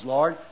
Lord